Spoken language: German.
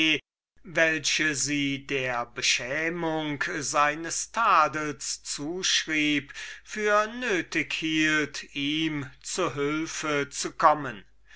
welche sie der beschämung seines tadels zuschrieb für nötig hielt ihm zu hülfe zu kommen